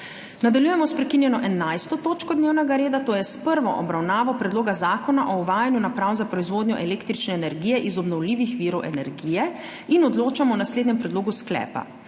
Nadaljujemo sprekinjeno 11. točko dnevnega reda, to je s prvo obravnavo Predloga zakona o uvajanju naprav za proizvodnjo električne energije iz obnovljivih virov energije. Odločamo o naslednjem predlogu sklepa: